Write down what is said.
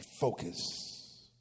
Focus